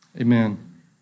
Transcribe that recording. Amen